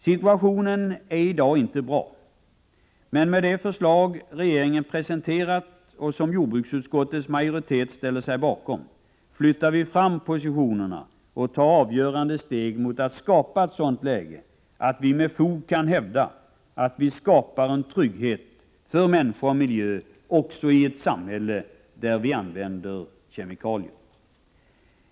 Situationen i dag är inte bra, men med det förslag regeringen presenterat och som jordbruksutskottets majoritet ställer sig bakom, flyttar vi fram positionerna och tar avgörande steg mot att skapa ett sådant läge att vi med fog kan hävda att vi ger trygghet för människor och miljö också i ett samhälle, där det används kemikalier.